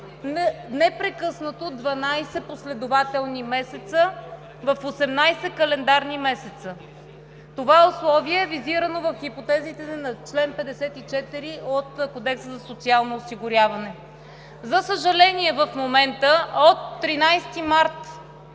непрекъснато 12 последователни месеца в 18 календарни месеца. Това условие е визирано в хипотезите на чл. 54 от Кодекса за социално осигуряване. За съжаление, в момента – от 13 март